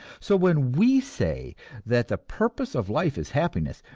so when we say that the purpose of life is happiness,